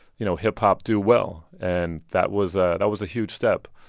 you know, hip-hop do well. and that was ah that was a huge step.